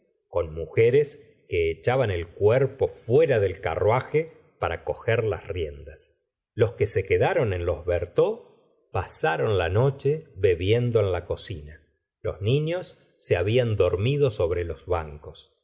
con mujeres que echaban el cuerpo fuera del carruaje para coger las riendas los que se que aron en los bhux pasaron la noche bebiendo en la cocina los niños se habían dormido sobre los bancos